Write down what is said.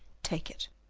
take it.